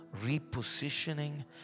repositioning